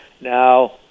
Now